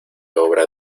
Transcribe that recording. obra